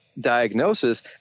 diagnosis